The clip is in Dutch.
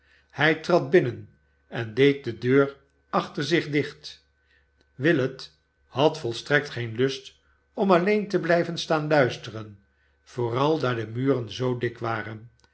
hij trad binnen en deed de deur achter zich dicht willet had volstrekt geen lust om alleen te blijven staan luisteren vooral daar de muren zoo dik waren